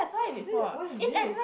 is it what is this